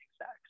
sex